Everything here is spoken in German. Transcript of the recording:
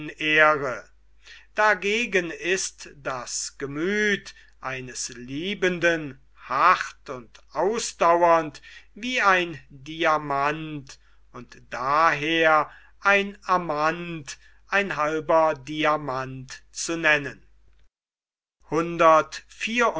ehre dagegen ist das gemüth eines liebenden hart und ausdauernd wie ein diamant und daher ein amant ein halber diamant zu nennen